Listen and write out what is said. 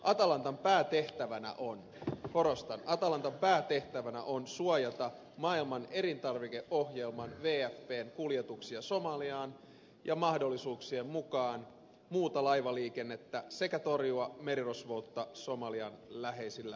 atalantan päätehtävänä on korostan atalantan päätehtävänä on suojata maailman elintarvikeohjelman wfpn kuljetuksia somaliaan ja mahdollisuuksien mukaan muuta laivaliikennettä sekä torjua merirosvoutta somalian läheisillä merialueilla